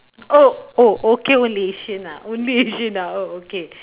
oh oh okay only asian ah only asian ah oh okay